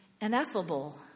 ineffable